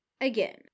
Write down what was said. again